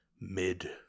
mid